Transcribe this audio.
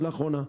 עד לאחרונה.